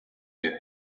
you